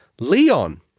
Leon